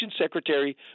secretary